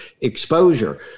exposure